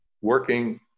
working